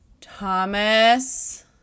Thomas